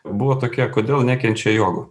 buvo tokia kodėl nekenčia jogų